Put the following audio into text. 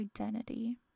identity